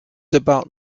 about